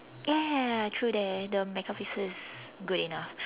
ya ya ya true that the megapixel is good enough